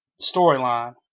storyline